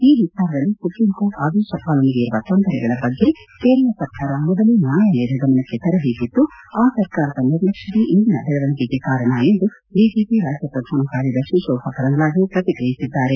ಈ ವಿಚಾರದಲ್ಲಿ supreme court ಆದೇಶ ಪಾಲನೆಗೆ ಇರುವ ತೊಂದರೆಗಳ ಬಗ್ಗೆ ಕೇರಳ ಸರ್ಕಾರ ಮೊದಲೇ ನ್ಯಾಯಾಲಯದ ಗಮನಕ್ಕೆ ತರಬೇಕಾಗಿತ್ತು ಆ ಸರ್ಕಾರದ ನಿರ್ಲಕ್ಷ್ಯವೇ ಇಂದಿನ ಬೆಳವಣಿಗೆಗೆ ಕಾರಣ ಎಂದು ಬಿಜೆಪಿ ರಾಜ್ಯ ಪ್ರಧಾನ ಕಾರ್ಯದರ್ಶಿ ಶೋಭಾ ಕರಂದ್ಲಾಜೆ ಪ್ರತಿಕ್ರಿಯಿಸಿದ್ದಾರೆ